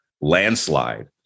landslide